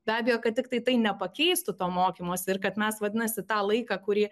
be abejo kad tiktai tai nepakeistų to mokymosi ir kad mes vadinasi tą laiką kurį